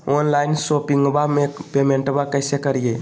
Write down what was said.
Online शोपिंगबा में पेमेंटबा कैसे करिए?